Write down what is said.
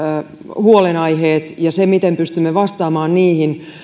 huolenaiheet ja se miten pystymme vastaamaan niihin